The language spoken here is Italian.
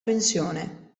pensione